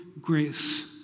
grace